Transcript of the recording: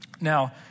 Now